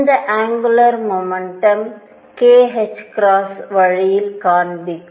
இந்த angular momentum kℏ வழியில் காண்பிக்கும்